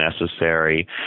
necessary